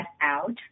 out